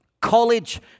college